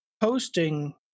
posting